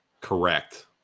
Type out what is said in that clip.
correct